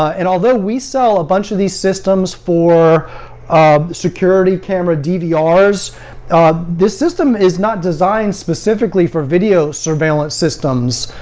and although we sell a bunch of these systems for um security camera ah dvrs, this system is not designed specifically for video surveillance systems.